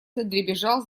задребезжал